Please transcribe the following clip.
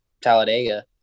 Talladega